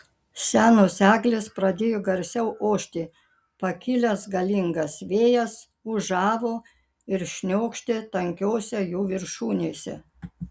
senos eglės pradėjo garsiau ošti pakilęs galingas vėjas ūžavo ir šniokštė tankiose jų viršūnėse